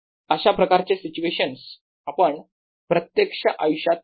अशा प्रकारचे सिच्युएशन आपण प्रत्यक्ष आयुष्यात पाहतो